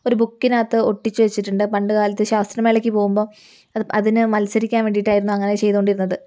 ഒരു ബുക്കിനകത്ത് ഒട്ടിച്ചു വെച്ചിട്ടുണ്ട് പണ്ടുകാലത്ത് ശാസ്ത്രമേളയ്ക്ക് പോകുമ്പം അതിന് മത്സരിക്കാൻ വേണ്ടിയിട്ടായിരുന്നു അങ്ങനെ ചെയ്തുകൊണ്ടിരുന്നത്